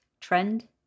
trend